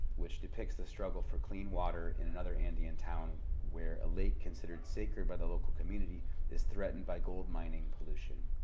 which depicts the struggle for clean water in another andean town where a lake considered sacred by the local community is threatened by gold mining pollution.